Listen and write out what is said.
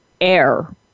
air